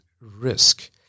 risk